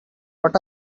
what